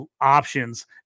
options